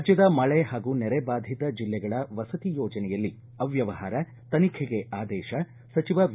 ರಾಜ್ಯದ ಮಳೆ ಹಾಗೂ ನೆರೆ ಬಾಧಿತ ಜಿಲ್ಲೆಗಳ ವಸತಿ ಯೋಜನೆಯಲ್ಲಿ ಅವ್ಕವಹಾರ ತನಿಖೆಗೆ ಆದೇತ ಸಚಿವ ವಿ